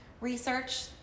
research